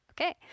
Okay